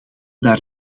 daar